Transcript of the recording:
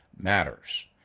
matters